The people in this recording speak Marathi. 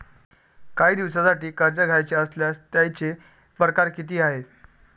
कायी दिसांसाठी कर्ज घ्याचं असल्यास त्यायचे परकार किती हाय?